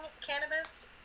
cannabis